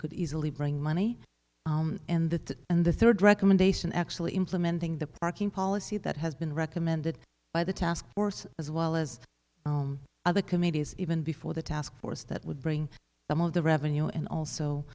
could easily bring money in that and the third recommendation actually implementing the parking policy that has been recommended by the task force as well as other committees even before the task force that would bring some of the revenue and also